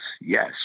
yes